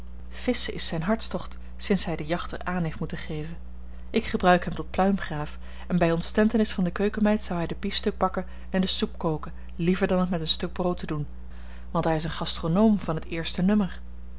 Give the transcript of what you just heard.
visschen is zijn hartstocht sinds hij de jacht er aan heeft moeten geven ik gebruik hem tot pluimgraaf en bij ontstentenis van de keukenmeid zou hij de biefstuk bakken en de soep koken liever dan het met een stuk brood te doen want hij is een gastronoom van het eerste nummer